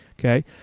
Okay